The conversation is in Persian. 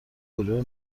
گروه